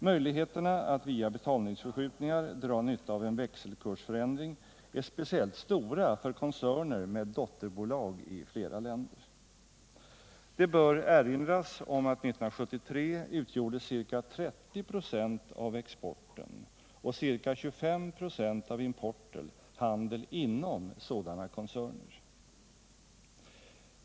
Möjligheterna att via betalningsförskjutningar dra nytta av en växelkursförändring är speciellt stora för koncerner med dotterbolag i flera länder. Det bör erinras om att 1973 utgjorde ca 30.96 av exporten och ca 25 2 av importen handel inom sådana koncerner.